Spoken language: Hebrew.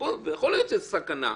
יכול להיות שזו סכנה,